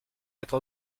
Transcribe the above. être